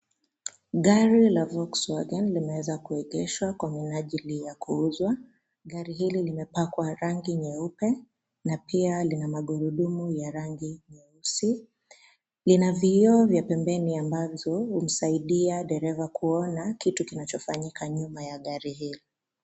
Gari la Volkswagen limeweza kuegeshwa kwa minajili ya kuuzwa. Gari hili limepakwa rangi nyeupe na pia lina magurudumu ya rangi nyeusi. Lina vioo vya pembeni ambazo humsaidia dereva kuona kitu kinachofanyika nyuma. ya gari hii.